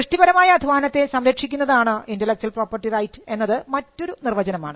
സൃഷ്ടിപരമായ അധ്വാനത്തെ സംരക്ഷിക്കുന്നതാണ് ഇന്റെലക്ച്വൽ പ്രോപ്പർട്ടി റൈറ്റ് എന്നത് മറ്റൊരു നിർവചനമാണ്